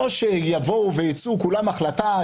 לא שיצאו כולם בהחלטה,